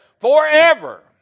forever